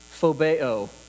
phobeo